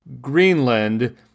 Greenland